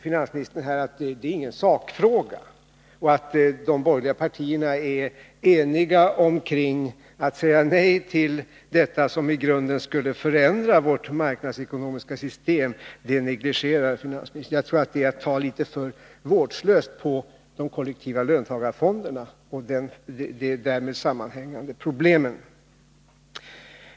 Finansministern säger sedan att det inte är någon sakfråga att de borgerliga partierna är ense om att säga nej till något som i grunden skulle förändra vårt marknadsekonomiska system. Det negligerar finansministern. Jag tror att det är att se något vårdslöst på frågan om de kollektiva löntagarfonderna och de därmed sammanhängande problemen.